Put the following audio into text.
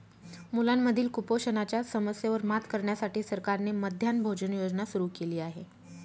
मुलांमधील कुपोषणाच्या समस्येवर मात करण्यासाठी सरकारने मध्यान्ह भोजन योजना सुरू केली आहे